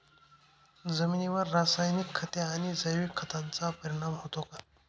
जमिनीवर रासायनिक खते आणि जैविक खतांचा परिणाम होतो का?